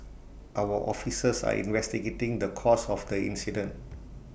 our officers are investigating the cause of the incident